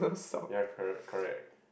ya correct correct